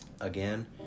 Again